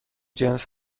جنس